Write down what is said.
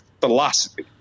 philosophy